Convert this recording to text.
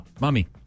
mommy